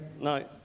No